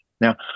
Now